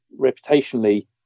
reputationally